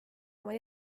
oma